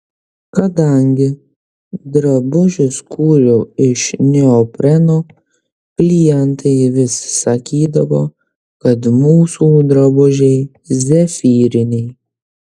kadangi drabužius kūriau iš neopreno klientai vis sakydavo kad mūsų drabužiai zefyriniai